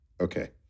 Okay